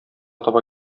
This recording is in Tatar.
таба